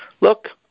Look